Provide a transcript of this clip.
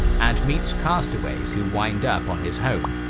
and meets castaways who wind up on his home.